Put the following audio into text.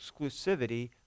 exclusivity